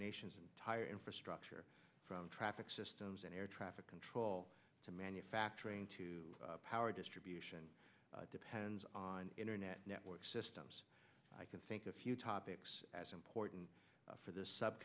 nation's entire infrastructure from traffic systems and air traffic control to manufacturing to power distribution depends on internet network systems i can think of few topics as important for this